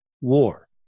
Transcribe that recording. war